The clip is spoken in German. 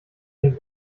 dem